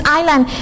island